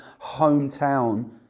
hometown